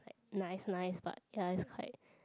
like nice nice but ya it's quite